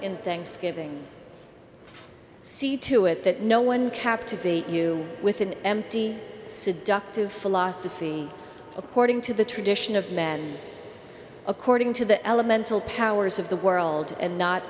in thanksgiving see to it that no one captivate you with an empty seductive philosophy according to the tradition of men according to the elemental powers of the world and not